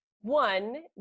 one